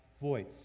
voice